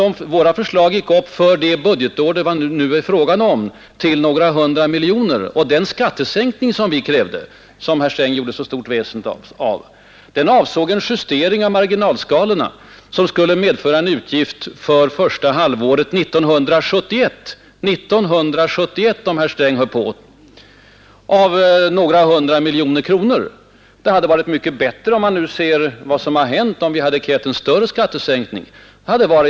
Men det är inte sant. För det budgetåret det då var fråga om uppgick våra förslag till några hundra miljoner kronor. Den skattesänkning som vi krävde, som herr Sträng gjorde så stort väsen av, avsåg en justering av marginalskatterna — av skatteskalorna — som skulle medföra en inkomstminskning för staten för första halvåret 1971 — 1971, om herr Sträng hör på — av några hundra miljoner kronor. Det hade varit bättre, när man vet vad som har hänt, om vi hade krävt en större skattesänkning.